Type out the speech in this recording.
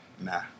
nah